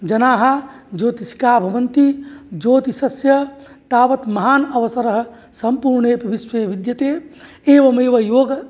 जनाः ज्योतिष्काः भवन्ति ज्योतिषस्य तावत् महान् अवसरः सम्पूर्णे अपि विश्वे विद्यते एवमेव योग